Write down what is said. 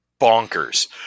bonkers